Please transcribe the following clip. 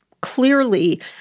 clearly